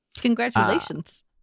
Congratulations